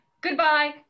Goodbye